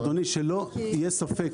אדוני, שלא יהיה ספק.